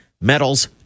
medals